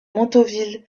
montauville